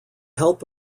help